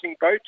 boat